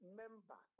member